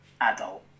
adult